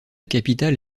capitale